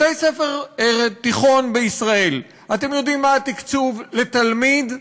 בתי-ספר תיכוניים בישראל אתם יודעים מה התקצוב לתלמיד?